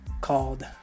called